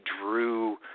Drew